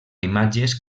imatges